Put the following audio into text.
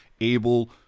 able